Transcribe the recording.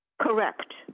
Correct